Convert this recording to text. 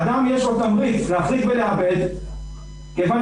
לאדם יש תמריץ להחזיק ולעבד כיוון